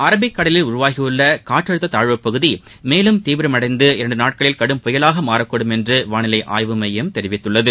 அரபிக்கடலில் உருவாகியுள்ளகாற்றழுத்ததாழ்வு பகுதிமேலும் தீவிரமடைந்து இரண்டுநாட்களில் கடும் புயலாகமாறக்கூடும் என்றுவானிலைஆய்வு மையம் தெரிவித்துள்ளது